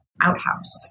outhouse